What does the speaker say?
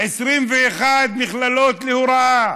21 מכללות להוראה,